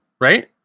right